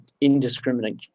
indiscriminate